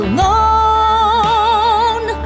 Alone